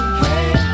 hey